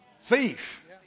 Thief